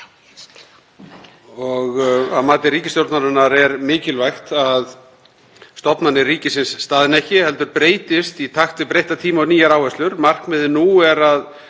og að mati ríkisstjórnarinnar er mikilvægt að stofnanir ríkisins staðni ekki, heldur breytist í takt við breytta tíma og nýjar áherslur. Markmiðið nú er að